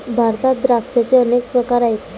भारतात द्राक्षांचे अनेक प्रकार आहेत